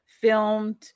filmed